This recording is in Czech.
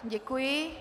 Děkuji.